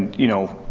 you know,